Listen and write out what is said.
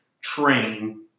train